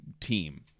team